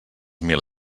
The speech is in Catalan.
mil